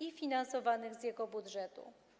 i finansowanych z jego budżetu.